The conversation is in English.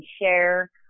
share